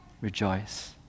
rejoice